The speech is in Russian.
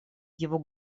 его